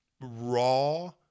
raw